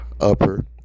upper